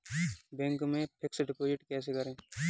Bank में fix deposit कैसे करें?